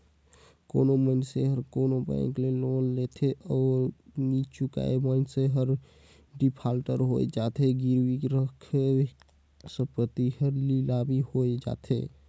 कोनो मइनसे हर कोनो बेंक ले लोन लेथे अउ नी चुकाय ता मइनसे हर डिफाल्टर होए जाथे, गिरवी रराखे संपत्ति हर लिलामी होए जाथे